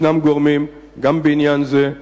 ישנם גורמים, גם בעניין זה,